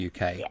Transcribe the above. uk